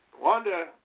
Wanda